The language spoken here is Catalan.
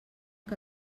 que